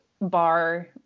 bar